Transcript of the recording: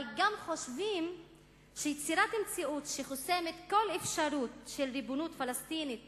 אבל גם חושבים שיצירת מציאות שחוסמת כל אפשרות של ריבונות פלסטינית